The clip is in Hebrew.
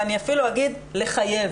ואני אפילו אגיד לחייב